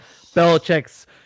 Belichick's